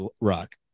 Rock